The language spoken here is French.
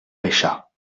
pêcha